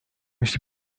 jeśli